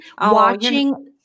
watching